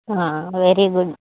very good